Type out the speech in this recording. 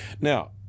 now